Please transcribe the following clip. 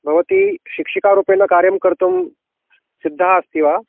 भवती शिक्षिकारूपेण कार्यं कर्तुं सिद्धा अस्ति वा